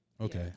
Okay